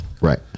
Right